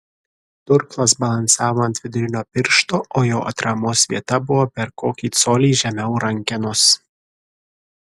durklas balansavo ant vidurinio piršto o jo atramos vieta buvo per kokį colį žemiau rankenos